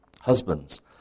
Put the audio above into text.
Husbands